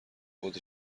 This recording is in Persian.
خود